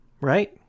right